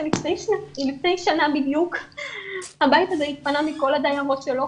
שלפני שנה בדיוק הבית הזה התפנה מכל הדיירות שלו